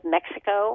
Mexico